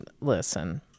listen